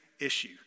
issue